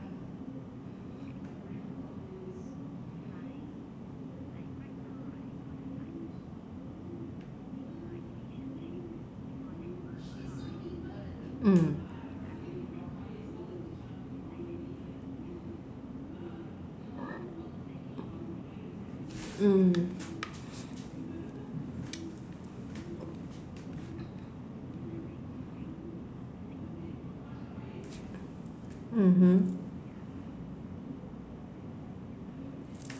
mm mm mmhmm